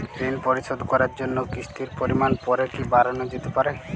ঋন পরিশোধ করার জন্য কিসতির পরিমান পরে কি বারানো যেতে পারে?